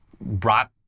brought